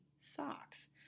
socks